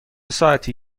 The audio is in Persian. ساعتی